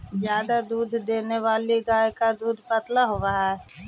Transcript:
ज्यादा दूध देने वाली गाय का दूध थोड़ा पतला होवअ हई